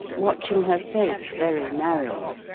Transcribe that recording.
watching her face very narrowly.